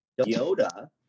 Yoda